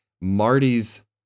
Marty's